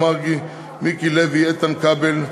חוק ומשפט בדבר הפיצול.